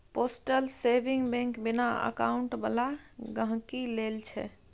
postal saving bank बिना account बला गहिंकी लेल छै